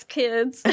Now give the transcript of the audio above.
kids